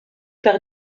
par